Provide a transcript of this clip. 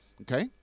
okay